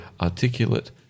articulate